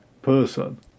person